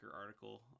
article